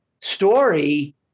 story